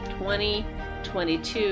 2022